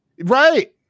Right